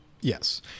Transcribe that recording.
Yes